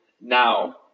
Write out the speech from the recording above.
now